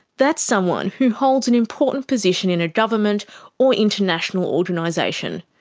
that's someone who holds an important position in a government or international organisation,